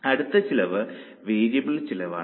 അടുത്ത ചെലവ് വേരിയബിൾ ചെലവാണ്